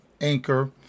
anchor